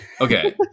Okay